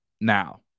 now